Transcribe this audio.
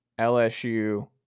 LSU